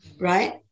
Right